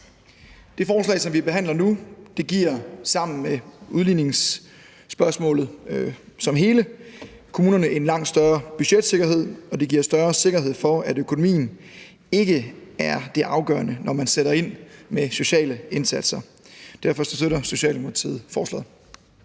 Det forslag, som vi behandler nu, giver sammen med udligningsspørgsmålet som helhed kommunerne en langt større budgetsikkerhed, og det giver større sikkerhed for, at økonomien ikke er det afgørende, når man sætter ind med sociale indsatser. Derfor støtter Socialdemokratiet forslaget.